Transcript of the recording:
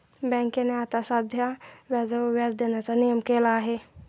बँकेने आता साध्या व्याजावर व्याज देण्याचा नियम केला आहे